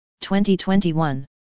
2021